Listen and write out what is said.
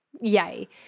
yay